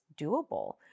doable